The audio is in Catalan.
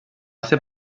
ser